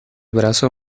brazo